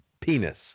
penis